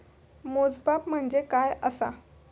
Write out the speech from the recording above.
मोजमाप म्हणजे काय असा?